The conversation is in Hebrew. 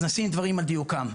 אז נשים דברים על דיוקם.